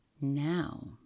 Now